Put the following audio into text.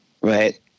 right